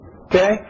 Okay